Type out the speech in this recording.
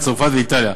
צרפת ואיטליה.